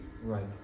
Right